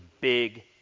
big